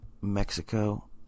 Mexico